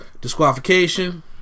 disqualification